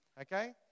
Okay